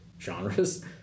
genres